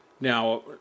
Now